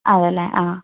അതെയല്ലേ ആഹ്